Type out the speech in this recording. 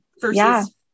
versus